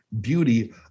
beauty